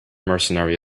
mercenary